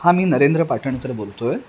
हा मी नरेंद्र पाटणकर बोलतो आहे